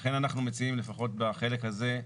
לכן אנחנו מציעים, לפחות בחלק הזה,